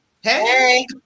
Hey